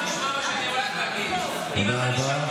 סבתא שלך הייתה בצ'כיה, נספתה בשואה, קיבלה דרכון.